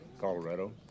Colorado